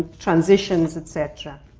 transitions, et cetera.